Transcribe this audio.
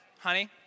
honey